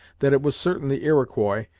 that it was certain the iroquois,